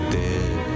dead